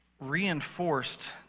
reinforced